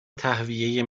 تهویه